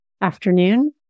afternoon